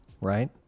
right